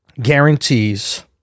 guarantees